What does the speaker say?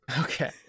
Okay